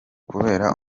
kubera